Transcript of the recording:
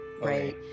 Right